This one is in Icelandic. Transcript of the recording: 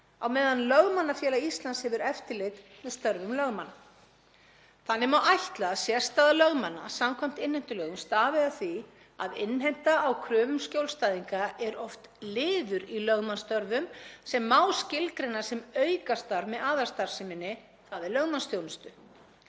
á meðan Lögmannafélag Íslands hefur eftirlit með störfum lögmanna. Þannig má ætla að sérstaða lögmanna samkvæmt innheimtulögum stafi af því að innheimta á kröfum skjólstæðinga er oft liður í lögmannsstörfum sem má skilgreina sem aukastarf með aðalstarfseminni, þ.e. lögmannsþjónustu.